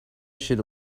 should